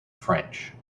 french